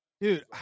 Dude